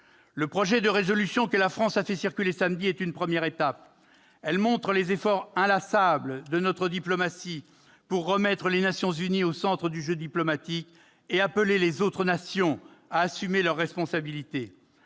Le projet de résolution que la France a fait circuler samedi est une première étape. Il montre les efforts inlassables de notre diplomatie pour replacer les Nations unies au centre du jeu diplomatique et appeler les autres nations à assumer leurs responsabilités.